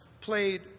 played